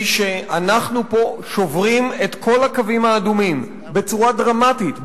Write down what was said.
היא שאנחנו פה שוברים את כל הקווים האדומים בצורה דרמטית,